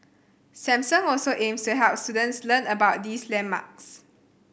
Samsung also aims to help students learn about these landmarks